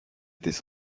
étaient